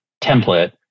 template